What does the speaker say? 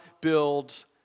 builds